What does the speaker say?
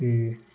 ते